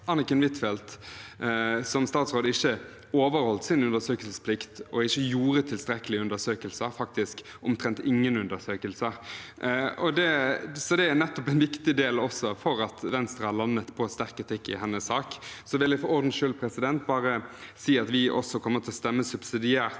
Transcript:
Anniken Huitfeldt som statsråd ikke overholdt sin undersøkelsesplikt og ikke gjorde tilstrekkelige undersøkelser, faktisk omtrent ingen undersøkelser. Det er nettopp en viktig del for at Venstre har landet på sterk kritikk i hennes sak. For ordens skyld vil jeg bare si at vi også kommer til å stemme subsidiært